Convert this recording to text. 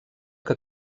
que